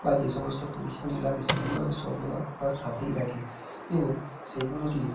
বা যে সমস্ত টুলসগুলি লাগে সেইগুলো আমি সর্বদা আমার সাথেই রাখি এবং সেইগুলো দিয়ে